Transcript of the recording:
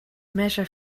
measure